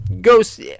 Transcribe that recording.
Ghost